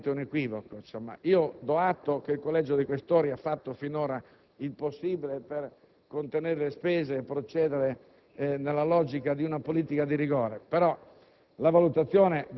perché è veramente un equivoco. Do atto che il Collegio dei senatori Questori ha fatto finora il possibile per contenere le spese e procedere nella logica di una politica di rigore,